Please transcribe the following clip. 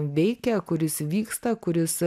veikia kuris vyksta kuris